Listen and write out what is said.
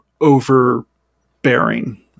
overbearing